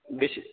बेसे